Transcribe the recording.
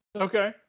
Okay